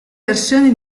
versioni